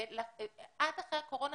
ועד אחרי הקורונה